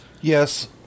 Yes